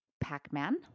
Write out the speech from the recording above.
Pac-Man